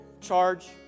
charge